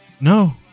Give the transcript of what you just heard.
No